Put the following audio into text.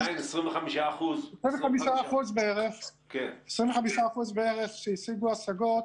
זאת אומרת, זה עדיין 25%. 25% בערך שהשיגו השגות,